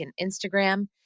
Instagram